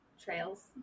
trails